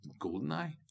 GoldenEye